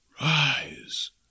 Rise